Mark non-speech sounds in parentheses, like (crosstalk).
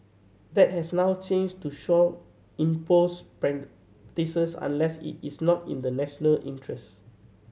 that has now changed to shall impose (unintelligible) unless it is not in the national interest